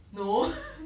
no